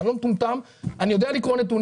אני לא מטומטם, אני יודע לקרוא נתונים.